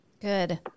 good